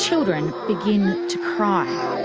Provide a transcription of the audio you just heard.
children begin to cry.